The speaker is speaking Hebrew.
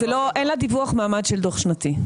אין לדיווח מעמד של דוח שנתי.